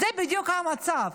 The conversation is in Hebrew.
זה בדיוק המצב,